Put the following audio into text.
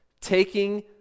taking